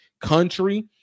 country